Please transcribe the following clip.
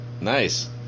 Nice